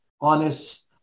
honest